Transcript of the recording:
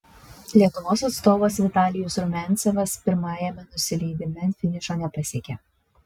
lietuvos atstovas vitalijus rumiancevas pirmajame nusileidime finišo nepasiekė